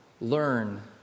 learn